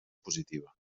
positiva